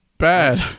Bad